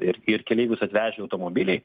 ir ir keleivius atvežę automobiliai